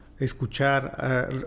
escuchar